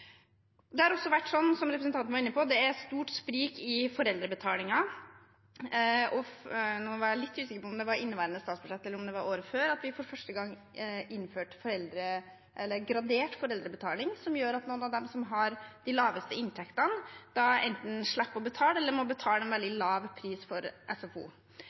Som representanten var inne på, er det et stort sprik i foreldrebetalingen. Jeg er litt usikker på om det var i inneværende statsbudsjett, eller om det var året før at vi for første gang innførte gradert foreldrebetaling, som gjør at noen av dem som har de laveste inntektene, enten slipper å betale eller må betale en veldig lav pris for SFO.